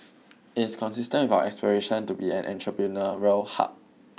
it's consistent our aspiration to be an entrepreneur roal hub